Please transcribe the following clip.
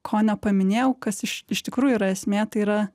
ko nepaminėjau kas iš iš tikrųjų yra esmė tai yra